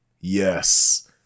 yes